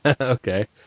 Okay